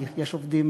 יש עובדים,